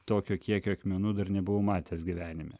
tokio kiekio akmenų dar nebuvau matęs gyvenime